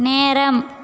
நேரம்